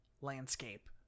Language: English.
landscape